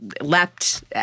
leapt